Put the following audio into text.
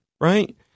right